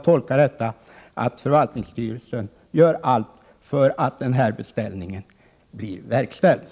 tolkning är den att förvaltningsstyrelsen gör allt för att beställningen skall bli verkställd.